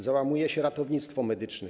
Załamuje się ratownictwo medyczne.